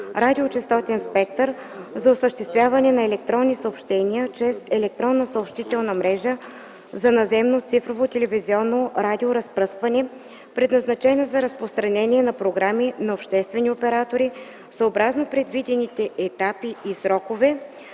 радио честотен спектър, за осъществяване на електронни съобщения чрез електронна съобщителна мрежа за наземно цифрово телевизионно радиоразпръскване, предназначена за разпространение на програми на обществени оператори, съобразно предвидените етапи и срокове